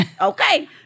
Okay